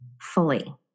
fully